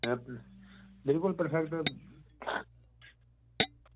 हां बिलकुल परफैक्ट